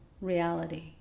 reality